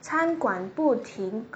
餐馆不提